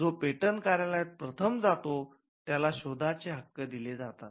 जो पेटंट कार्यालयात प्रथम जातो त्याला शोधाचे हक्क दिले जातात